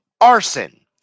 Arson